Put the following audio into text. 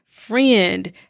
friend